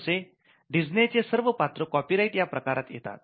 जसे डीझने चे सर्व पात्र कॉपीराईट या प्रकारात येतात